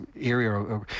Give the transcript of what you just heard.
area